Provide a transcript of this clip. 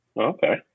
Okay